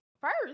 First